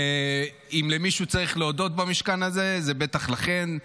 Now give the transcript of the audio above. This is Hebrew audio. אם למישהו צריך להודות במשכן הזה זה בטח לכן.